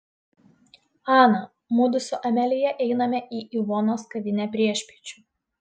ana mudu su amelija einame į ivonos kavinę priešpiečių